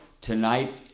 tonight